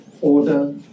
order